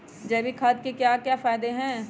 जैविक खाद के क्या क्या फायदे हैं?